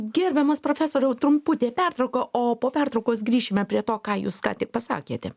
gerbiamas profesoriau trumputė pertrauka o po pertraukos grįšime prie to ką jūs ką tik pasakėte